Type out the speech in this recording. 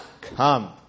come